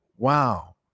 Wow